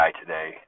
today